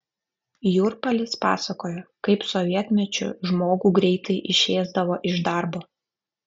jurpalis pasakojo kaip sovietmečiu žmogų greitai išėsdavo iš darbo